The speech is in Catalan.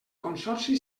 consorci